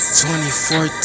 2014